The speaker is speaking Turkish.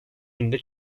yönünde